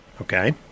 Okay